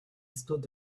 stood